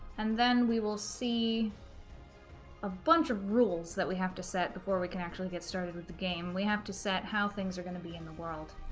and then we will see a bunch of rules that we have to set, before we can actually get started with the game. we have to set how things are gonna be in the world.